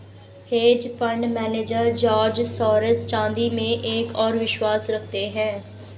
hedge fund manager George Soros चांदी में एक और विश्वास रखते हैं